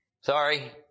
Sorry